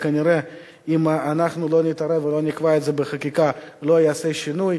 כנראה שאם אנחנו לא נתערב ולא נקבע את זה בחקיקה לא ייעשה שינוי.